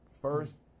first